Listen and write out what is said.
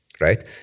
right